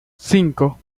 cinco